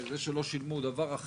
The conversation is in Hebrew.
מה המטרה שלי בדיון הזה